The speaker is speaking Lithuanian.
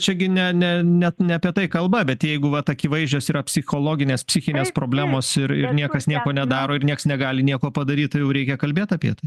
čia gi ne ne net ne apie tai kalba bet jeigu vat akivaizdžios yra psichologinės psichinės problemos ir ir niekas nieko nedaro ir nieks negali nieko padaryt tai jau reikia kalbėt apie tai